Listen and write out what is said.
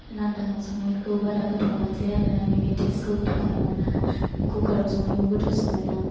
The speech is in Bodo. लांदांआव संनायखौ बारा गोथाव मोनजाया आरोना बेनि टेस्ट खौ थावनाय मोना कुकार आव संनायखौ गोथावसिन मोनो